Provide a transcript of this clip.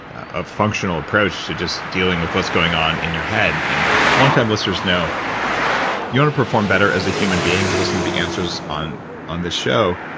a functional approach to just dealing with what's going on in your head and long time listeners know want to perform better as a human being, you listen to the answers on on this show,